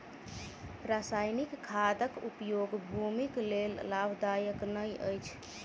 रासायनिक खादक उपयोग भूमिक लेल लाभदायक नै अछि